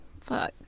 Fuck